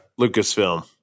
Lucasfilm